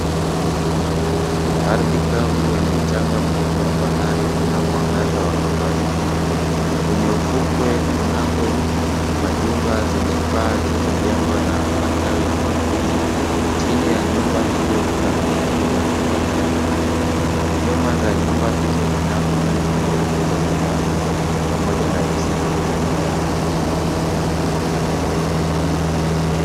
Ardhi kavu wenye mchanga mweupe wa bahari una mwangaza wa kutosha. Kwenye ufukwe kunako majumba zenye paa zilizojengwa na matawi ya makuti. Chini ya nyumba hizo kuna viti vya kupolea. Nyuma za nyumba hizo kunako miti mirefu za minazi pamoja na misitu ya mimea mengine.